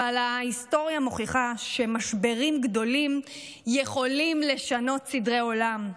אבל ההיסטוריה מוכיחה שמשברים גדולים יכולים לשנות סדרי עולם,